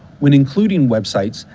when including websites,